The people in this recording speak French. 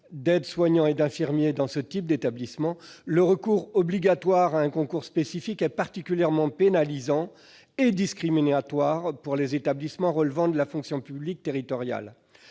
d'aides-soignants et d'infirmiers, le recours obligatoire à un concours spécifique est particulièrement pénalisant et discriminatoire pour les établissements relevant de la fonction publique territoriale.